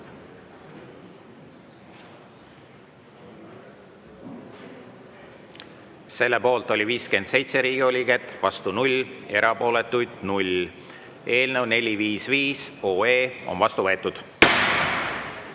Selle poolt oli 57 Riigikogu liiget, vastu 0, erapooletuid 0. Eelnõu 455 on vastu võetud.